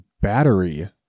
battery